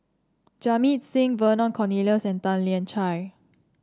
Jamit Singh Vernon Cornelius and Tan Lian Chye